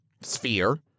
sphere